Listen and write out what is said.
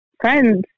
friends